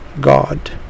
God